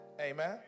amen